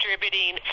distributing